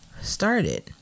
started